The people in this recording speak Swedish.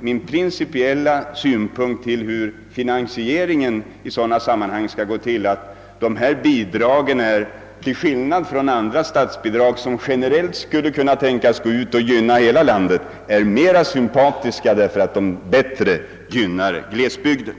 min principiella syn på hur finansieringen i sådana sammanhang skall gå till. Dessa bidrag är, till skillnad från andra statsbidrag vilka generellt skulle kunna tänkas utgå och gynna hela landet, mera sympatiska, eftersom de gynnar glesbygden.